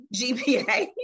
GPA